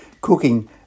cooking